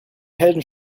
helden